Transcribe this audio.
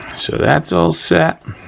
so that's all set.